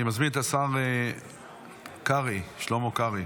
אני מזמין את השר שלמה קרעי